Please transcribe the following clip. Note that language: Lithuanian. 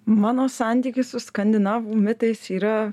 mano santykis su skandinavų mitais yra